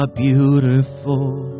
beautiful